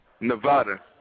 Nevada